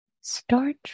start